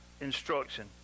instruction